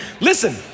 Listen